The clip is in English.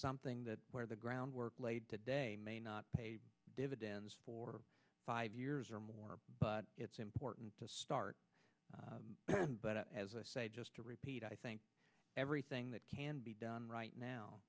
something that where the groundwork laid today may not pay dividends for five years or more but it's important to start but as i say just to repeat i think everything that can be done right